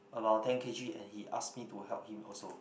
about ten k_g and he ask me to help him also